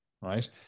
right